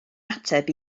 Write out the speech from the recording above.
ateb